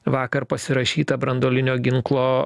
vakar pasirašytą branduolinio ginklo